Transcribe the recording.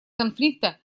конфликта